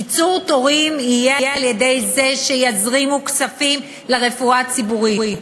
קיצור תורים יהיה על-ידי הזרמת כספים לרפואה הציבורית.